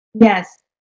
Yes